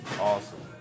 Awesome